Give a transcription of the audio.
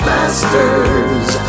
Masters